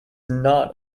not